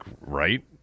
right